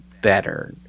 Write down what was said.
better